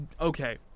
Okay